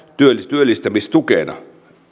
työllistämistukena